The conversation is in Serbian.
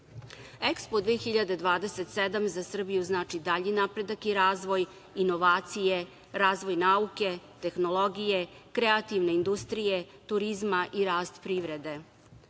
EKSPO 2027 za Srbiju znači dalji napredak i razvoj, inovacije, razvoj nauke, tehnologije, kreativne industrije, turizma i rast privrede. Srbija